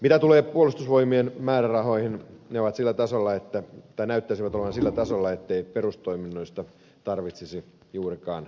mitä tulee puolustusvoimien määrärahoihin ne näyttäisivät olevan sillä tasolla ettei perustoiminnoista tarvitsisi juurikaan tinkiä